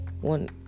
one